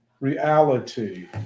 reality